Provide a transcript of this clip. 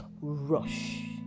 rush